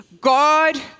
God